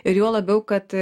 ir juo labiau kad